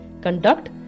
conduct